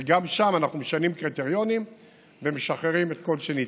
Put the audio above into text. וגם שם אנחנו משנים קריטריונים ומשחררים את כל שניתן.